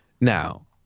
Now